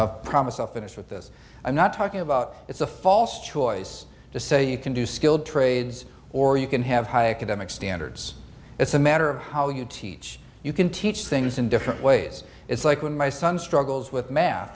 finish with this i'm not talking about it's a false choice to say you can do skilled trades or you can have high academic standards it's a matter of how you teach you can teach things in different ways it's like when my son struggles with math